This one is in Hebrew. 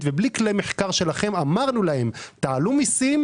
ובלי כלי מחקר שלכם אמרנו להם: תעלו מיסים,